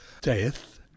death